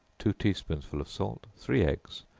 two tea-spoonsful of salt, three eggs,